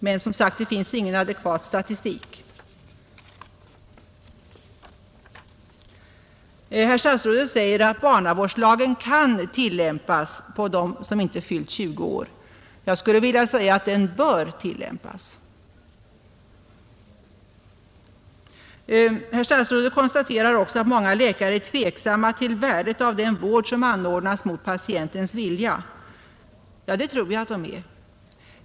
Men som sagt, det finns ingen adekvat statistik. Herr statsrådet säger att barnavårdslagen kan tillämpas på dem som inte fyllt 20 år. Jag skulle vilja säga att den bör tillämpas. Herr statsrådet konstaterar också att många läkare är tveksamma till värdet av den vård som anordnas mot patientens vilja. Ja, det tror jag att de är.